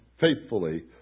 faithfully